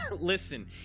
Listen